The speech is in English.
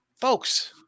folks